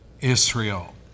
Israel